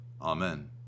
Amen